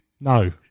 No